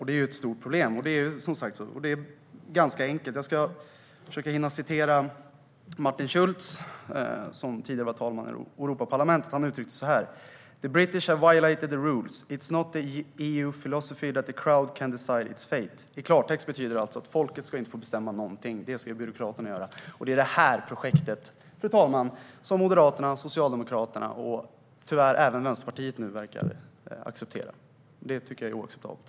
Det är ett stort problem, men det är ganska enkelt. Jag ska hinna med att citera Martin Schulz, som tidigare var talman i Europaparlamentet. Han har uttryckt det så här: "The British have violated the rules. It is not the EU philosophy that the crowd can decide its fate." I klartext betyder detta att folket inte ska få bestämma någonting, utan det ska byråkraterna göra. Det är detta projekt, fru talman, som Moderaterna, Socialdemokraterna och tyvärr nu även Vänsterpartiet verkar acceptera. Det tycker jag är oacceptabelt.